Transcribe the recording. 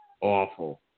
awful